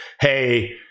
hey